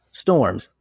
storms